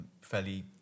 fairly